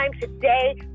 today